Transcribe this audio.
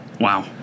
wow